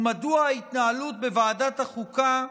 ומדוע ההתנהלות בוועדת החוקה,